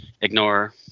Ignore